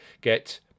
get